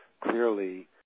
clearly